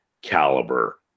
Caliber